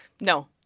no